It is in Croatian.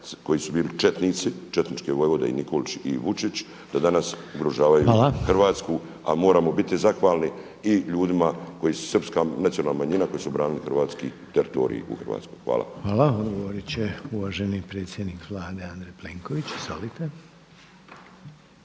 koji su bili četnici, četničke vojvode i Nikolić i Vučić, da danas ugrožavaju Hrvatsku … …/Upadica Reiner: Hvala./… … a moramo biti zahvalni i ljudima koji su srpska nacionalna manjina koji su branili hrvatski teritorij u Hrvatskoj. Hvala. **Reiner, Željko (HDZ)** Hvala. Odgovorit će uvaženi predsjednik Vlade Andrej Plenković. Izvolite.